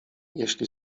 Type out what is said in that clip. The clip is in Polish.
jeśli